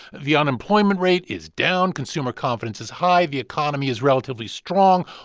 the unemployment rate is down. consumer confidence is high. the economy is relatively strong.